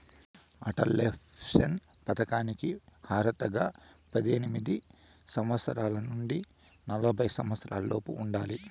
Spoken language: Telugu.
అటల్ పెన్షన్ పథకానికి అర్హతగా పద్దెనిమిది సంవత్సరాల నుండి నలభై సంవత్సరాలలోపు ఉండాలి